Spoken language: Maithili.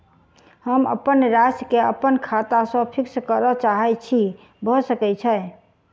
हम अप्पन राशि केँ अप्पन खाता सँ फिक्स करऽ चाहै छी भऽ सकै छै?